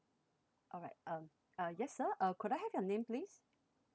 alright um uh yes sir uh could I have your name please